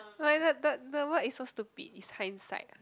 but the the the word is so stupid it's hindsight